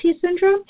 syndrome